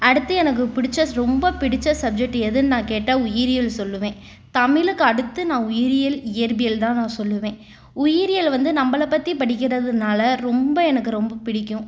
அடுத்து எனக்கு பிடிச்ச ரொம்ப பிடிச்ச சப்ஜெக்ட்டு எதுன்னு நான் கேட்டால் உயிரியல் சொல்லுவேன் தமிழுக்கு அடுத்து நான் உயிரியல் இயற்பியல் தான் நான் சொல்லுவேன் உயிரியல் வந்து நம்மள பற்றி படிக்கிறதுனால ரொம்ப எனக்கு ரொம்ப பிடிக்கும்